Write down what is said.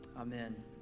Amen